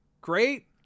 great